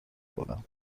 کنم